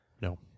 no